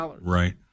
right